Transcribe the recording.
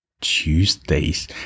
Tuesdays